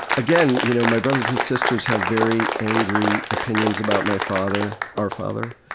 again, you know my brothers and sisters have very angry opinions about my father, our father.